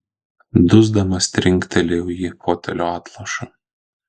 dusdamas trinktelėjau į fotelio atlošą